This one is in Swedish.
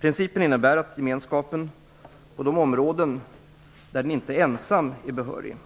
Principen innebär att gemenskapen på de områden där den inte ensam är behörig